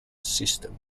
system